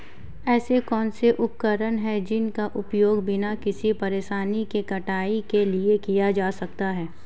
ऐसे कौनसे उपकरण हैं जिनका उपयोग बिना किसी परेशानी के कटाई के लिए किया जा सकता है?